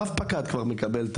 רב פקד כבר מקבל,